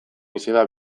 izeba